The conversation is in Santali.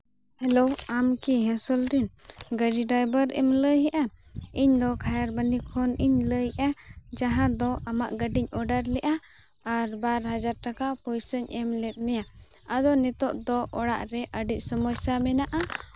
ᱦᱮᱞᱳ ᱟᱢᱠᱤ ᱦᱮᱥᱮᱞ ᱨᱮᱱ ᱜᱟᱹᱰᱤ ᱰᱟᱭᱵᱷᱟᱨ ᱮᱢ ᱞᱟᱹᱭ ᱮᱫᱼᱟ ᱤᱧᱫᱚ ᱠᱷᱟᱭᱟᱨᱵᱚᱱᱤ ᱠᱷᱚᱱ ᱤᱧ ᱞᱟᱹᱭ ᱮᱫᱼᱟ ᱡᱟᱦᱟᱸ ᱫᱚ ᱟᱢᱟᱜ ᱜᱟᱹᱰᱤᱧ ᱚᱰᱟᱨ ᱞᱮᱫᱼᱟ ᱟᱨ ᱵᱟᱨ ᱦᱟᱡᱟᱨ ᱴᱟᱠᱟ ᱯᱚᱭᱥᱟᱧ ᱮᱢ ᱞᱮᱫ ᱢᱮᱭᱟ ᱟᱫᱚ ᱱᱤᱛᱚᱜ ᱫᱚ ᱚᱲᱟᱜ ᱨᱮ ᱟᱹᱰᱤ ᱥᱚᱢᱚᱥᱥᱟ ᱢᱮᱱᱟᱜᱼᱟ